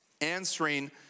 answering